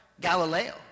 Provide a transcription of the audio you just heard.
Galileo